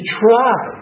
try